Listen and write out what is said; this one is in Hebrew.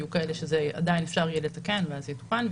יהיו כאלה שעדיין אפשר יהיה לתקן ואז זה יתוקן,